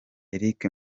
eric